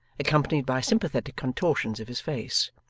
accompanied by sympathetic contortions of his face.